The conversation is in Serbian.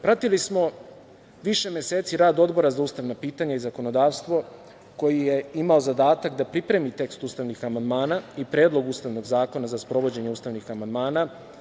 Pratili smo više meseci rad Odbora za ustavna pitanja i zakonodavstvo, koji je imao zadatak da pripremi tekst ustavnih amandmana i Predlog Ustavnog zakona za sprovođenje ustavnih amandmana.